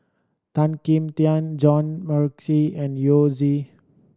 Tan Kim Tian John Morrice and Yao Zi